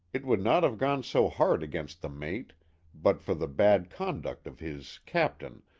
it would not have gone so hard against the mate but for the bad conduct of his captain